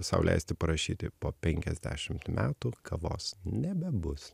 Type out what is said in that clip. sau leisti parašyti po penkiasdešimt metų kavos nebebus